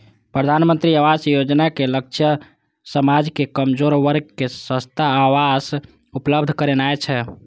प्रधानमंत्री आवास योजनाक लक्ष्य समाजक कमजोर वर्ग कें सस्ता आवास उपलब्ध करेनाय छै